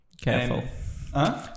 careful